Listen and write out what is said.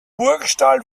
burgstall